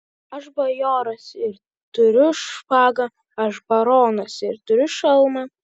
aš bajoras ir turiu špagą aš baronas ir turiu šalmą